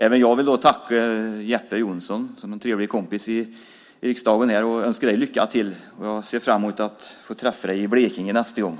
Även jag vill tacka Jeppe Johnsson, som är en trevlig kompis i riksdagen här, och önska dig lycka till! Jag ser fram emot att få träffa dig i Blekinge nästa gång.